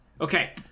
Okay